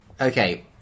Okay